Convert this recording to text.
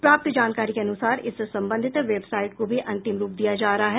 प्राप्त जानकारी के अनुसार इससे संबंधित वेबसाइट को भी अंतिम रूप दिया जा रहा है